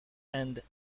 and